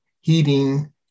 heating